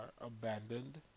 abandoned